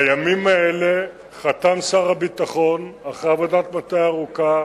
בימים האלה חתם שר הביטחון, אחרי עבודת מטה ארוכה,